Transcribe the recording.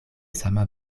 sama